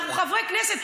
אנחנו חברי כנסת.